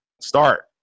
Start